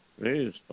Please